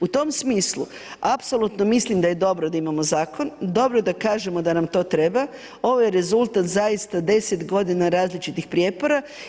U tom smislu apsolutno mislim da je dobro da imamo zakon, dobro da kažemo da nam to treba, ovo je rezultat zaista 10 godina različitih prijepora.